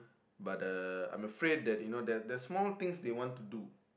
but uh I'm afraid that you know there there's more things they want to do